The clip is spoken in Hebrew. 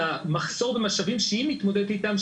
למחסור במשאבים שהיא מתמודדת שאיתם,